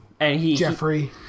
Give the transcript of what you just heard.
Jeffrey